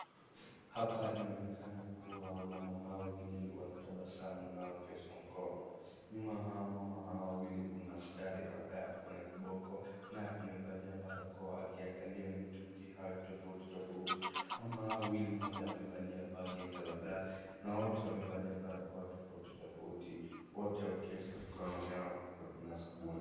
Hapa inaonekana kuwa wamama hawa wawili wanatabasamu na wakiosha mikono. Nyuma ya hawa mama hawa wawili kuna askari ambaye ako na kiboko na amevalia barakoa akiangalia mitungi hayo tofauti tofauti. Mama hawa wawili mmoja amevalia bag ya colour black na wote wamevaa barakoa tofauti tofauti wote wakiosha mikono yao na sabuni.